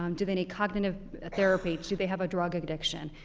um do they need cognitive therapy do, they have a drug addiction,